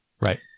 Right